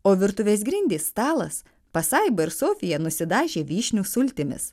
o virtuvės grindys stalas pasaiba ir sofija nusidažė vyšnių sultimis